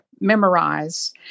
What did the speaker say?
memorize